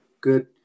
good